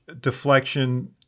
deflection